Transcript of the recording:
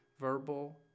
verbal